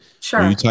Sure